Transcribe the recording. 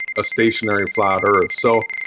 stationary flat earth, so